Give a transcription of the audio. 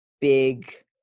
big